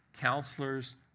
Counselors